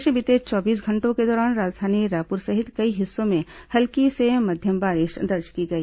प्रदेश में बीते चौबीस घंटों के दौरान राजधानी रायपुर सहित कई हिस्सों में हल्की से मध्यम बारिश दर्ज की गई